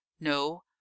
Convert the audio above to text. no